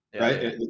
right